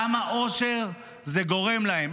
כמה אושר זה גורם להם,